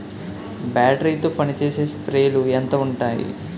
Battery తో పనిచేసే స్ప్రేలు ఎంత ఉంటాయి?